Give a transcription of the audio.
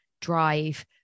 drive